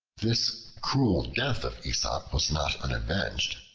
this cruel death of aesop was not unavenged.